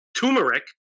turmeric